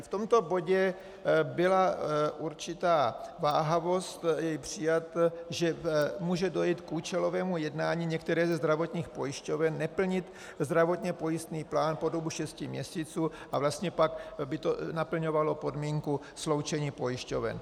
V tomto bodě byla určitá váhavost, že může dojít k účelovému jednání některé ze zdravotních pojišťoven neplnit zdravotně pojistný plán po dobu šesti měsíců, a vlastně pak by to naplňovalo podmínku sloučení pojišťoven.